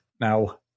Now